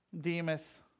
Demas